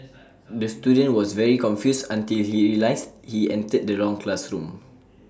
the student was very confused until he realised he entered the wrong classroom